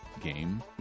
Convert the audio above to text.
game